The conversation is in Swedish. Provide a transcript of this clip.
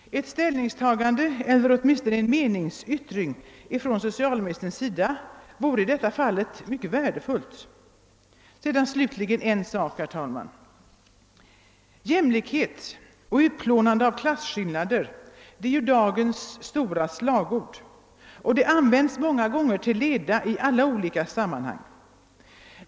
Ett ställningstagande eller åtminstone en meningsyttring från socialministerns sida vore därför mycket värdefullt. Slutligen en sak till, herr talman! Jämlikhet och utplånande av klasskillnader är ju dagens stora slagord, och de används många gånger till leda i olika sammanhang.